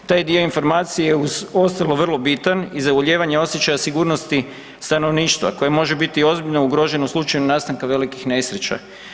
Taj dio informacije uz ostalo je vrlo bitan i za ulijevanja osjećaja sigurnosti stanovništva koje može biti ozbiljno ugroženo u slučaju nastanka velikih nesreća.